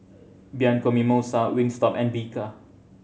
Bianco Mimosa Wingstop and Bika